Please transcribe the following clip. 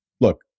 Look